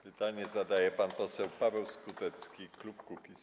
Pytanie zadaje pan poseł Paweł Skutecki, klub Kukiz’15.